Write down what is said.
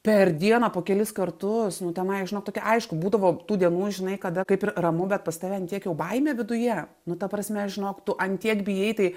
per dieną po kelis kartus nu ten ai žinok tokia aišku būdavo tų dienų žinai kada kaip ir ramu bet pas tave ant tiek jau baimė viduje nu ta prasme žinok tu ant tiek bijai tai